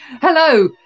Hello